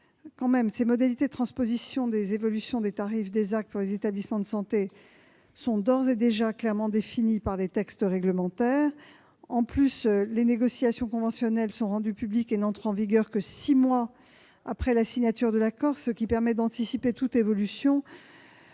Toutefois, ces modalités de transposition des évolutions de tarifs des actes pour les établissements de santé sont d'ores et déjà clairement définies par les textes réglementaires. En outre, les négociations conventionnelles ne sont rendues publiques et n'entrent en vigueur que six mois après la signature de l'accord, ce qui permet d'anticiper toute évolution.